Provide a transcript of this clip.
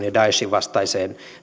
ja daeshin vastaiseen